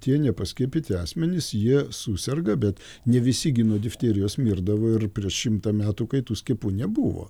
tie nepaskiepyti asmenys jie suserga bet ne visi gi nuo difterijos mirdavo ir prieš šimtą metų kai tų skiepų nebuvo